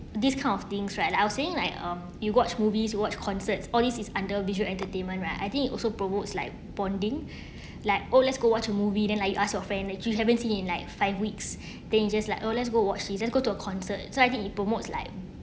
this kind of things right lah I was saying um you watch movies watch concerts all these is under visual entertainment right I think it also promotes like bonding like oh let's go watch a movie then like you ask your friend that you haven't seen in like five weeks then you just like oh let's go watch this and go to a concert so I did he promotes like